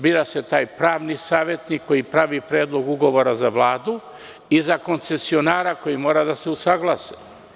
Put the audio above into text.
Bira se pravni savetnik koji pravi predlog ugovora za Vladu i za koncesionara koji mora da se usaglasi.